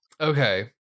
Okay